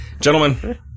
gentlemen